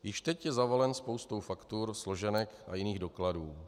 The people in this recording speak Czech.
Již teď je zavalen spoustou faktur, složenek a jiných dokladů.